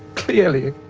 clearly.